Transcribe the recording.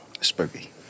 Spooky